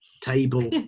table